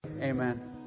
Amen